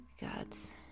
Gods